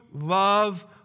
love